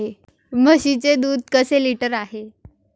म्हशीचे दूध कसे लिटर आहे?